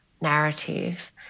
narrative